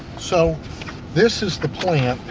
so this is the plant.